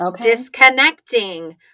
disconnecting